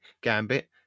Gambit